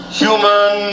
human